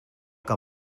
que